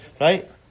Right